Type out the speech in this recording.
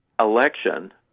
election